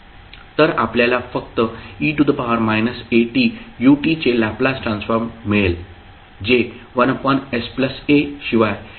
तर आपल्याला फक्त e atut चे लॅपलास ट्रान्सफॉर्म मिळेल जे 1sa शिवाय काहीच नाही